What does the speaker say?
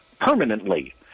permanently